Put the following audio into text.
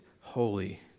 holy